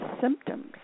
symptoms